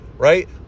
Right